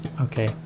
Okay